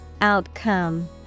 Outcome